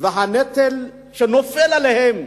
והנטל שנופל עליהן,